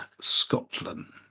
Scotland